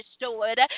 restored